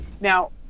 Now